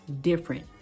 different